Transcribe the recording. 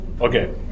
Okay